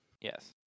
Yes